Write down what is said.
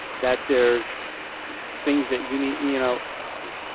that there's things that you need, you know